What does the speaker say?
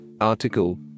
Article